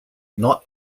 not